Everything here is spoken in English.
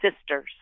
sisters